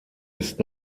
ist